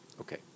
Okay